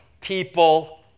people